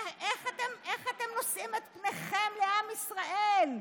איך אתם נושאים את פניכם לעם ישראל?